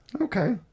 Okay